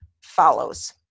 follows